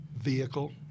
vehicle